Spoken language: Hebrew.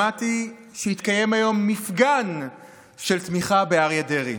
שמעתי שהתקיים היום מפגן של תמיכה באריה דרעי.